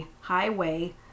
Highway